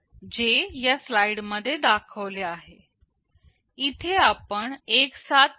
इथे आपण एक साथ दोन कंडीशन ना तपासत आहे